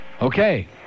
Okay